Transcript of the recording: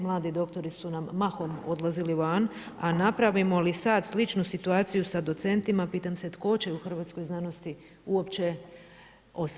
Mladi doktori su nam mahom odlazili van, a napravimo li sad sličnu situaciju sa docentima pitam se tko će u hrvatskoj znanosti uopće ostati.